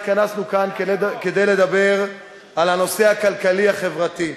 התכנסנו כדי לדבר על הנושא הכלכלי-החברתי.